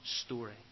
story